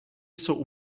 jsou